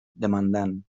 demandant